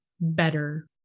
better